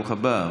ברוך הבא.